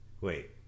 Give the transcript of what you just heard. Wait